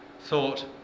thought